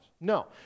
No